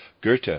Goethe